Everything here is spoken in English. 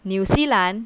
纽西兰